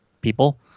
people